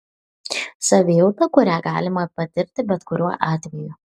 savijauta kurią galima patirti bet kuriuo atveju